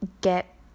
get